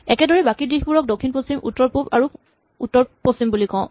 একেদৰেই বাকী দিশবোৰক দক্ষিণ পশ্চিম উত্তৰ পূব আৰু উত্তৰ পশ্চিম বুলি কওঁ